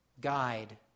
guide